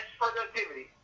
productivity